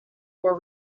were